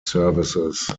services